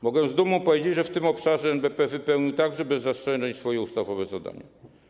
Mogę z dumą powiedzieć, że w tym obszarze NBP wypełnił także bez zastrzeżeń swoje ustawowe zadania.